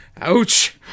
Ouch